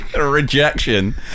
Rejection